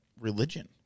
religion